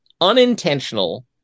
Unintentional